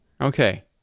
Okay